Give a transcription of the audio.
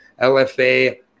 LFA